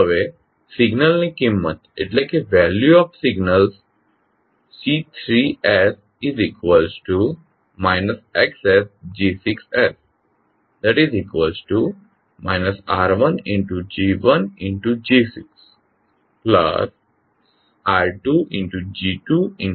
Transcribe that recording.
હવે સિગ્નલની કિંમત C3 XG6 R1G1G6R2G2G6 R3G3G6